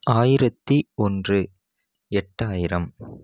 ஆயிரத்து ஒன்று எட்டாயிரம்